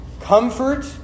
comfort